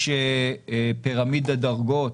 יש פירמידת דרגות,